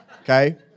okay